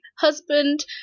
husband